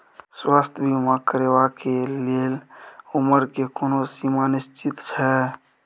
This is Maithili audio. स्वास्थ्य बीमा करेवाक के लेल उमर के कोनो समय सीमा निश्चित छै?